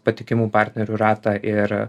patikimų partnerių ratą ir